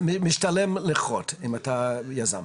משתלם לכרות אם אתה יזם...